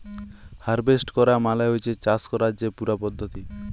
harvest ক্যরা মালে হছে চাষ ক্যরার যে পুরা পদ্ধতি